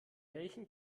welchen